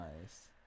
nice